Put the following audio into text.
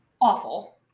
awful